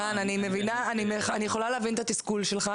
רן, אני יכולה להבין את התסכול שלה.